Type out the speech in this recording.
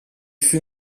fut